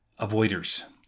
Avoiders